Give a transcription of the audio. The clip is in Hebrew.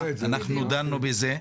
אנחנו דנו בזה.